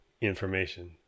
information